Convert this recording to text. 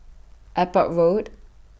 Airport Road